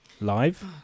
live